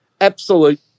absolute